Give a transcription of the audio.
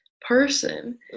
person